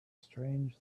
strange